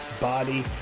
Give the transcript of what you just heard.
body